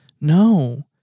No